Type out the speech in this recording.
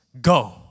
go